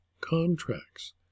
contracts